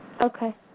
okay